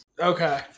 Okay